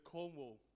Cornwall